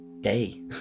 day